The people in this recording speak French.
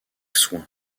soin